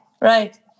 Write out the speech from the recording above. right